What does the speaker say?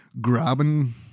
grabbing